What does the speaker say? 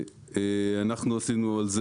אנחנו עשינו על זה